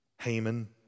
Haman